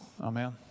Amen